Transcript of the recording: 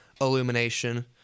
Illumination